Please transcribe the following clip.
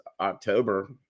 October